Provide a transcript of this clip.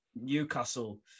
Newcastle